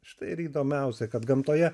štai ir įdomiausia kad gamtoje